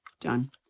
Done